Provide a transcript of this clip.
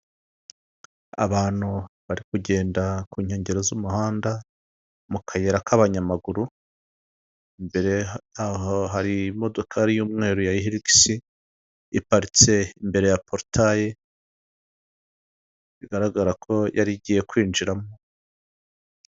Abantu bari kugenda ku nkengero z'umuhanda mu kayira k'abanyamaguru, imbere yaho hari imodokari y'umweru ya hirigisi iparitse imbere ya porutaye, bigaragara ko yari igiye kwinjiramo